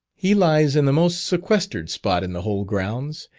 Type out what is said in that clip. he lies in the most sequestered spot in the whole grounds,